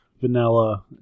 vanilla